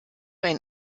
ein